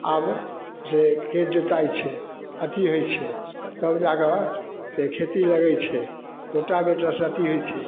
आब जे खेत जोताइ छै अथी हइ छै तब जाकऽ से खेती लगै छै रोटावेटरसँ अथी हइ छै